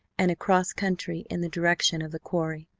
and across country in the direction of the quarry,